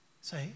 Say